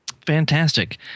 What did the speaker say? Fantastic